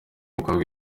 mukobwa